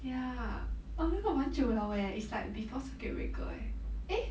ya uh 那个蛮久了 eh it's like before circuit breaker eh